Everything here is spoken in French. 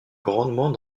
grandement